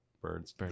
Birds